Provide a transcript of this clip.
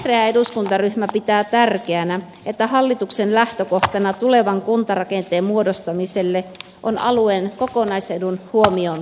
vihreä eduskuntaryhmä pitää tärkeänä että hallituksen lähtökohtana tulevan kuntarakenteen muodostamiselle on alueen kokonaisedun huomioon ottaminen